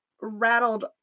rattled